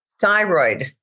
Thyroid